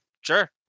Sure